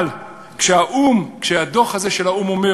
אבל כשהדוח הזה של האו"ם אומר